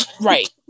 Right